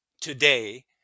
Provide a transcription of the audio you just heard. today